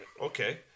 Okay